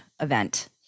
event